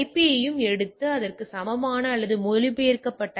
பியையும் எடுத்து அதற்கு சமமான அல்லது மொழிபெயர்க்கப்பட்ட ஐ